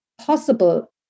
possible